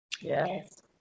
Yes